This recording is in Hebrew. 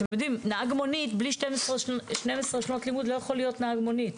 נהג מונית בלי 12 שנות לימוד לא יכול להיות נהג מונית.